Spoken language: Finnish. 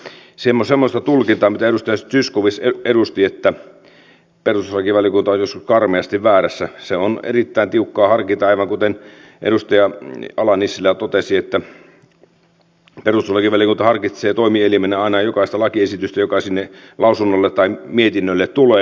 mitä tulee semmoiseen tulkintaan mitä edustaja zyskowicz edusti että perustuslakivaliokunta olisi karmeasti väärässä niin se on erittäin tiukkaa harkintaa aivan kuten edustaja ala nissilä totesi että perustuslakivaliokunta harkitsee toimielimenä aina jokaista lakiesitystä joka sinne lausunnolle tai mietinnölle tulee